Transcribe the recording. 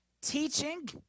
teaching